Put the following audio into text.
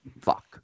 fuck